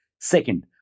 Second